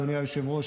אדוני היושב-ראש,